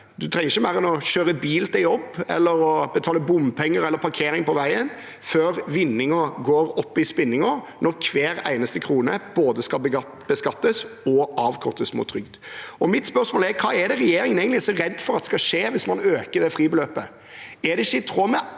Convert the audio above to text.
Man trenger ikke mer enn å kjøre bil til jobb, eller å betale bompenger eller parkering på veien, før vinningen går opp i spinningen, når hver eneste krone både skal beskattes og avkortes mot trygden. Mitt spørsmål er: Hva er det regjeringen egentlig er så redd for at skal skje hvis man øker fribeløpet?